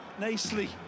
nicely